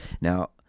now